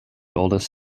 oldest